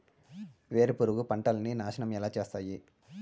వేరుపురుగు పంటలని నాశనం ఎలా చేస్తాయి?